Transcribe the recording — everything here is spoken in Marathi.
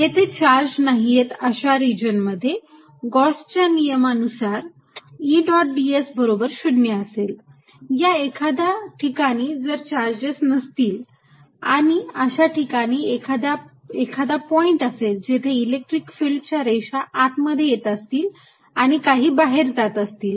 जेथे चार्ज नाहीयेत अशा रिजन मध्ये गॉसच्या नियमानुसार Gauss's law E dot ds बरोबर 0 असेल या एखाद्या ठिकाणी जर चार्जेस नसतील आणि अशा ठिकाणी एखादा पॉईंट असेल जेथे इलेक्ट्रिक फिल्ड च्या रेषा आत मध्ये येत असतील आणि काही बाहेर जात असतील